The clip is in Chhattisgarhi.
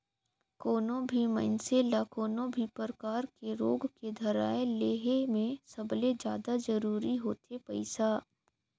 कोनो भी मइनसे ल कोनो भी परकार के रोग के धराए ले हे में सबले जादा जरूरी होथे पइसा